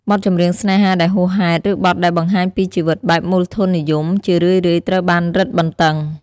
បទចម្រៀងស្នេហាដែលហួសហេតុ ឬបទដែលបង្ហាញពីជីវិតបែបមូលធននិយម ជារឿយៗត្រូវបានរឹតបន្តឹង។